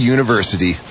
University